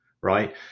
right